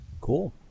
Cool